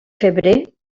febrer